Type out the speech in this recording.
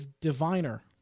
Diviner